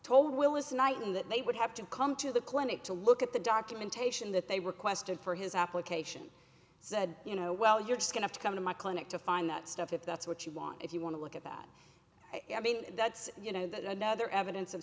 told willis night and that they would have to come to the clinic to look at the documentation that they requested for his application said you know well you're just going to come to my clinic to find that stuff if that's what you want if you want to look at that i mean that's you know that another evidence of